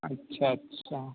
अच्छा अच्छा